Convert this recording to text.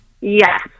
Yes